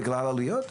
בגלל עלויות?